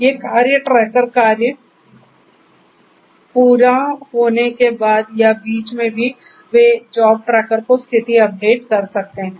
ये कार्य ट्रैकर कार्य पूरा होने के बाद या बीच में भी वे जॉब ट्रैकर को स्थिति अपडेट करते हैं